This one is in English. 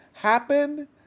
Happen